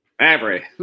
Avery